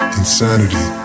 insanity